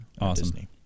awesome